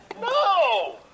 No